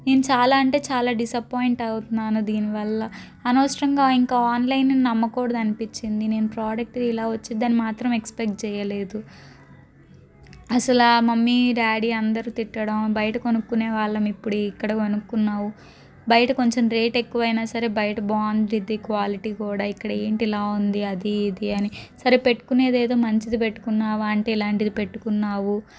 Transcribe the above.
నేను చాలా అంటే చాలా డిసప్పాయింట్ అవుతున్నాను దీనివల్ల అనవసరంగా ఇంకా ఆన్లైన్ని నమ్మకూడదు అనిపించింది నేను ప్రోడక్ట్ ఇలా వచ్చిందని మాత్రం ఎక్స్పెక్ట్ చేయలేదు అసలు మమ్మీ డాడీ అందరూ తిట్టడం బయట కొనుక్కునే వాళ్ళము ఇప్పుడు ఇక్కడ కొనుకున్నావు బయట కొంచెం రేట్ ఎక్కువైనా సరే బయట బాగుండేది క్వాలిటీ కూడా ఇక్కడ ఏంటి ఇలా ఉంది అది ఇది అని సరే పెట్టుకునేది ఏదో మంచిది పెట్టుకున్నావా అంటే ఇలాంటిది పెట్టుకున్నావు